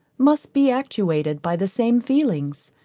must be actuated by the same feelings,